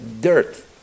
dirt